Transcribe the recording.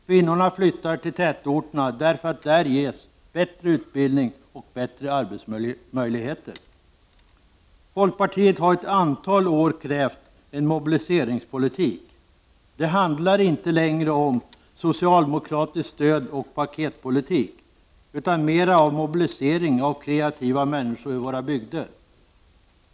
Kvinnorna flyttar till tätorterna därför att där ges bättre utbildning och bättre arbetsmöjligheter. Folkpartiet har i ett antal år krävt en mobiliseringspolitik. Det handlar inte längre om socialdemokratisk stödoch paketpolitik utan mer om mobilisering av kreativa människor i våra bygder.